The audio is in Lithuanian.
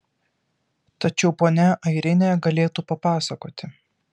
tačiau ponia airinė galėtų papasakoti